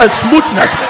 smoothness